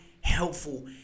helpful